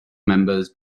members